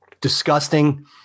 Disgusting